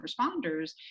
responders